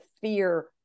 fear